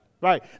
Right